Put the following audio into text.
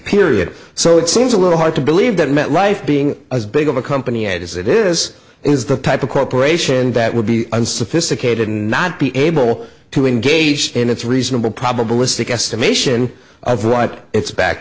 period so it seems a little hard to believe that met life being as big of a company as it is it is the type of corporation that would be unsophisticated and not be able to engage in its reasonable probabilistic estimation of right its back